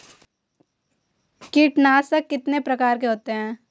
कीटनाशक कितने प्रकार के होते हैं?